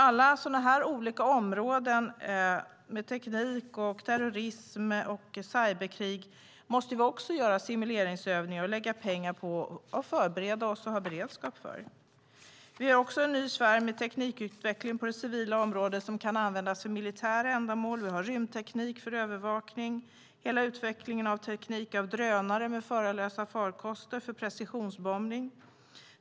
Alla sådana områden, teknik, terrorism och cyberkrig, måste vi också lägga pengar på för att göra simuleringsövningar, förebygga och ha en beredskap. Vi har också en ny sfär med teknikutveckling på det civila området som kan användas för militära ändamål. Vi har rymdteknik för övervakning. Vi har hela utvecklingen av tekniken med drönare, alltså förarlösa farkoster för precisionsbombning.